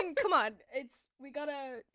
and come on, it's, we gotta.